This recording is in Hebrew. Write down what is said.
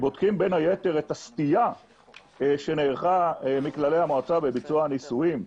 את הסטייה שנערכה מכללי המועצה בביצוע הניסויים,